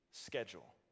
Schedule